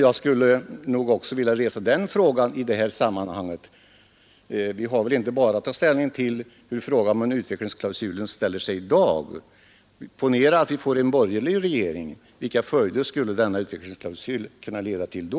Jag skulle nog vilja ställa en fråga i sammanhanget. Vi har väl inte bara att ta ställning till hur utvecklings klausulen ter sig i dag. Ponera att vi får en borgerlig regering: Vilka följder skulle utvecklingsklausulen kunna leda till då?